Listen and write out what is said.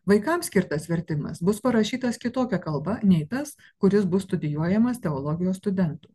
vaikams skirtas vertimas bus parašytas kitokia kalba nei tas kuris bus studijuojamas teologijos studentų